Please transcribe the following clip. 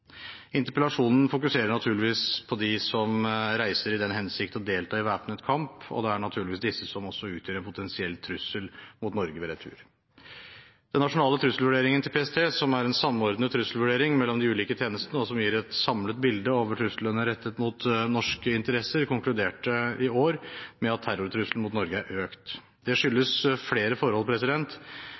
Interpellasjonen fokuser naturligvis på dem som reiser i den hensikt å delta i væpnet kamp, og det er naturligvis disse som også utgjør en potensiell trussel mot Norge ved retur. Den nasjonale trusselvurderingen til PST, som er en samordnet trusselvurdering mellom de ulike tjenestene, og som gir et samlet bilde over truslene rettet mot norske interesser, konkluderte i år med at terrortrusselen mot Norge er økt. Det skyldes flere forhold,